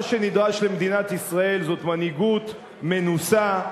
מה שנדרש למדינת ישראל זאת מנהיגות מנוסה,